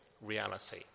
reality